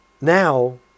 now